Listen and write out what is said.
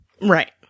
Right